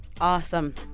Awesome